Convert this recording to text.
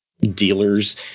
dealers